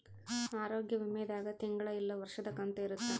ಆರೋಗ್ಯ ವಿಮೆ ದಾಗ ತಿಂಗಳ ಇಲ್ಲ ವರ್ಷದ ಕಂತು ಇರುತ್ತ